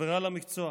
חברה למקצוע.